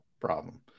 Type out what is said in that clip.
problem